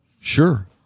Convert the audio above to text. Sure